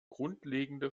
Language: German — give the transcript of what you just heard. grundlegende